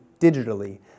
digitally